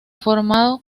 formado